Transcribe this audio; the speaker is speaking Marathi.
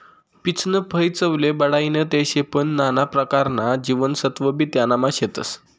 पीचनं फय चवले बढाईनं ते शे पन नाना परकारना जीवनसत्वबी त्यानामा शेतस